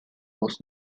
was